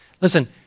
Listen